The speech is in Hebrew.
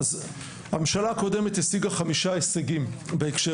הממשלה הקודמת השיגה חמישה הישגים בהקשר